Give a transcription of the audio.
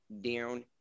down